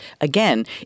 again